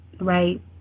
right